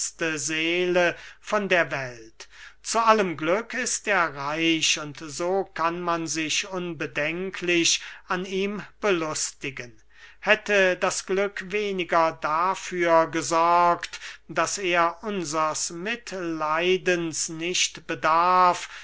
seele von der welt zu allem glück ist er reich und so kann man sich unbedenklich an ihm belustigen hätte das glück weniger dafür gesorgt daß er unsers mitleidens nicht bedarf